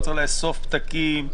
לא צריך לאסוף פתקים,